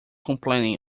complaining